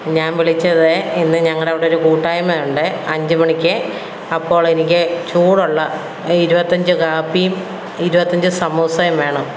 ഞാൻ വിളിച്ചത് ഇന്നു ഞങ്ങളുടെ ഇവിടൊരു കൂട്ടായ്മയുണ്ടെ അഞ്ചു മണിക്കേ അപ്പോളെനിക്ക് ചൂടുള്ള ഇരുപത്തഞ്ച് കാപ്പിയും ഇരുപത്തഞ്ച് സമൂസയും വേണം